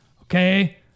okay